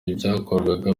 ibyakorwaga